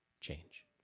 change